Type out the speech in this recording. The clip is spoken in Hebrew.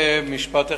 במשפט אחד,